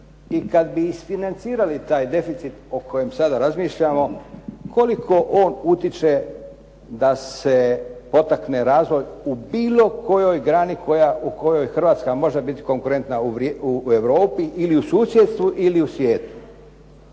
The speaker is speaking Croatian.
I kad bi isfinancirali taj deficit o kojem sada razmišljamo koliko on utječe da se potakne razvoj u bilo kojoj grani u kojoj Hrvatska može biti konkurentna u Europi ili u susjedstvu, ili u svijetu.